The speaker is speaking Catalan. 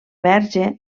verge